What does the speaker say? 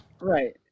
Right